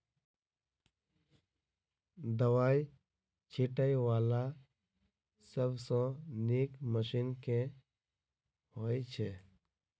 दवाई छीटै वला सबसँ नीक मशीन केँ होइ छै?